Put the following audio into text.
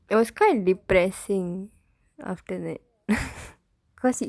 it was quite depressing after that cause he